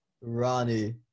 Ronnie